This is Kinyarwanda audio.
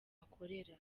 akorera